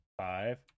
Five